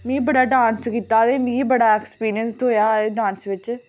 में बड़ा डांस कीता ते मिगी बड़ा एक्सपीरियंस होआ डांस बिच